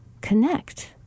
connect